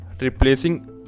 Replacing